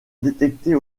détecter